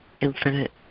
infinite